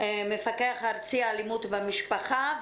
מפקח ארצי, אלימות במשפחה.